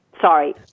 sorry